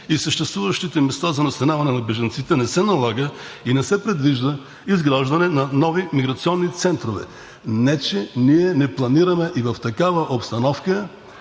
и съществуващите места за настаняване на бежанците. Не се налага и не се предвижда изграждане на нови миграционни центрове, не че ние не планираме и в такава обстановка